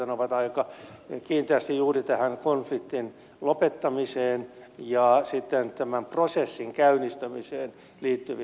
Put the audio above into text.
ne ovat aika kiinteästi juuri tähän konfliktin lopettamiseen ja sitten tämän prosessin käynnistämiseen liittyviä